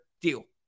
deal